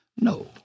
No